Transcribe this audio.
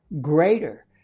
greater